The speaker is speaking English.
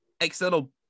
external